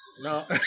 No